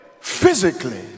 physically